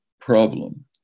problem